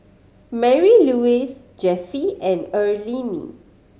Marylouise Jeffie and Earlene